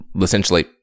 essentially-